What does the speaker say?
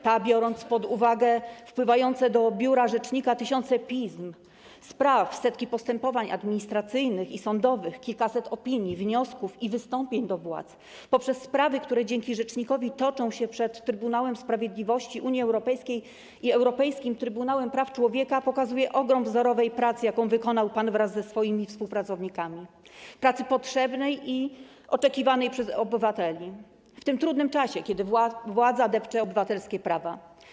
Ta, biorąc pod uwagę wpływające do biura rzecznika tysiące pism, spraw, setki postępowań administracyjnych i sądowych, kilkaset opinii, wniosków i wystąpień do władz, poprzez sprawy, które dzięki rzecznikowi toczą się przed Trybunałem Sprawiedliwości Unii Europejskiej i Europejskim Trybunałem Praw Człowieka, pokazuje ogrom wzorowej pracy, jaką wykonał pan wraz ze swoimi współpracownikami, pracy potrzebnej i oczekiwanej przez obywateli w tym trudnym czasie, kiedy władza depcze obywatelskie prawa.